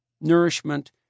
nourishment